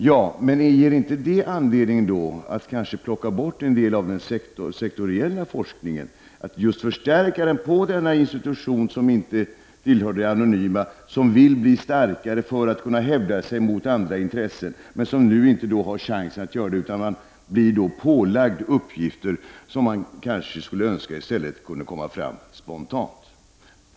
Ja, men ger inte det anledning att plocka bort en del av den sektoriella forskningen, att förstärka den på denna institution som inte tillhör de anonyma, som vill blir starkare för att kunna hävda sig mot andra intressen, men som nu inte har chansen att göra det, utan den blir pålagd uppgifter som man kanske skulle önska i stället kunde komma fram spontant?